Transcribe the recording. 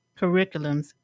curriculums